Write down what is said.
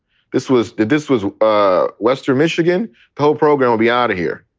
this was the this was ah western michigan poll program will be out of here.